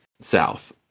south